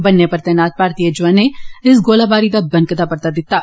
बन्ने पर तैनात भारतीय जवानें इस गोलीबारी दा बनकदा परता दित्ता